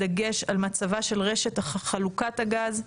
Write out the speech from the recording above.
בדגש על מצבה של רשת חלוקת הגז.